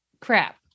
Crap